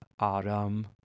adam